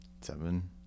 Seven